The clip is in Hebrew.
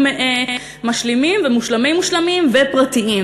משלימים ומושלמי-מושלמים ופרטיים,